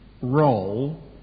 role